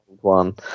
one